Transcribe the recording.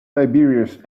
tiberius